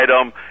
item